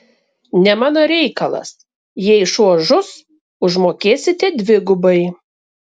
ne mano reikalas jei šuo žus užmokėsite dvigubai